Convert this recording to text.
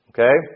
Okay